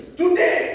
today